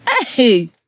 Hey